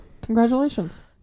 Congratulations